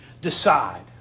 decide